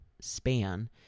span